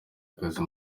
akazi